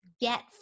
get